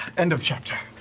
end of chapter!